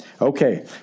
Okay